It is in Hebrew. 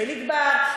לחיליק בר,